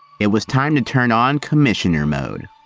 it was time to turn on commissioner mode.